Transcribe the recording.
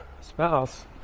spouse